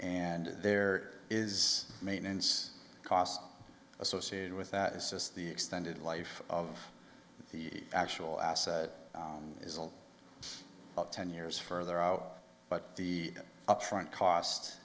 and there is maintenance costs associated with that is just the extended life of the actual asset is all about ten years further out but the upfront cost